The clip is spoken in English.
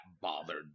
bothered